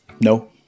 No